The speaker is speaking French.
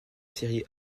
série